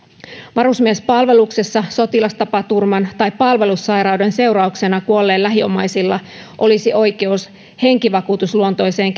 varusmiespalveluksessa sotilastapaturman tai palvelussairauden seurauksena kuolleen lähiomaisilla olisi oikeus henkivakuutusluontoiseen